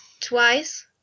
Twice